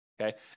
okay